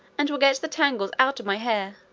and will get the tangles out of my hair.